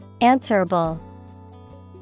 Answerable